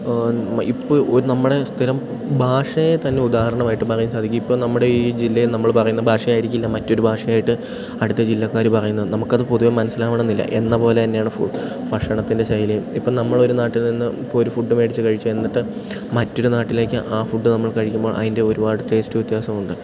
വ ഇപ്പോൾ ഒരു നമ്മുടെ സ്ഥിരം ഭാഷയെ തന്നെ ഉദാഹരണമായിട്ടു പറയാൻ സാധിക്കും ഇപ്പം നമ്മുടെ ഈ ജില്ലയിൽ നമ്മൾ പറയുന്ന ഭാഷ ആയിരിക്കില്ല മറ്റൊരു ഭാഷയായിട്ട് അടുത്ത ജില്ലക്കാർ പറയുന്നത് നമുക്കത് പൊതുവേ മനസ്സിലാകണമെന്നില്ല എന്ന പോലെ തന്നെയാണ് ഫു ഭക്ഷണത്തിൻ്റെ ശൈലിയും ഇപ്പം നമ്മളൊരു നാട്ടിൽ നിന്ന് ഇപ്പോൾ ഒരു ഫുഡ് മേടിച്ചു കഴിച്ചു എന്നിട്ട് മറ്റൊരു നാട്ടിലേക്ക് ആ ഫുഡ് നമ്മൾ കഴിക്കുമ്പോൾ അതിൻ്റെ ഒരുപാട് ടേസ്റ്റ് വ്യത്യാസമുണ്ട്